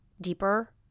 deeper